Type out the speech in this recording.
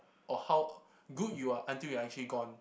or how good you are until you are actually gone